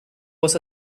was